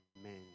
Amen